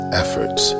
efforts